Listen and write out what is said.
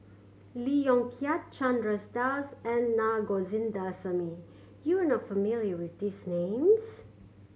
Lee Yong Kiat Chandras Das and Na Govindasamy you are not familiar with these names